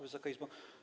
Wysoka Izbo!